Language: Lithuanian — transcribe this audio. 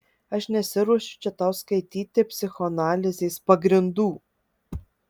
aš nesiruošiu čia tau skaityti psichoanalizės pagrindų